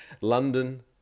London